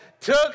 took